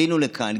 עלינו לכאן,